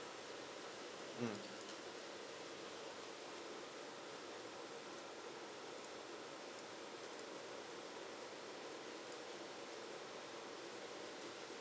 mm